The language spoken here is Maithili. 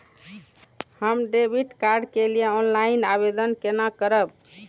हम डेबिट कार्ड के लिए ऑनलाइन आवेदन केना करब?